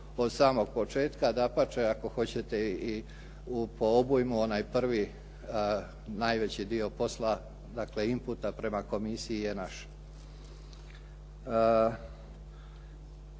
od samog početka, dapače ako hoćete i po obujmu onaj prvi najveći dio posla dakle inputa prema komisiji je naš.